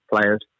players